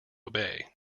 obey